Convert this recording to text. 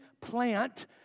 plant